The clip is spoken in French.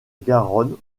garonne